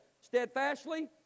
Steadfastly